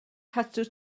cadw